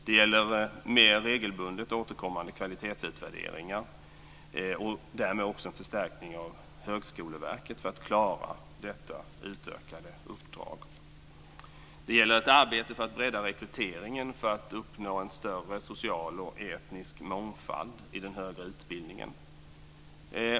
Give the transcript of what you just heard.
Det gäller mer regelbundet återkommande kvalitetsutvärderingar och därmed också en förstärkning av Högskoleverket för att klara detta utökade uppdrag. Det gäller arbetet för att bredda rekryteringen för att uppnå en större social och etnisk mångfald i den högre utbildningen.